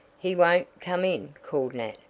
he won't come in, called nat,